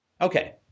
Okay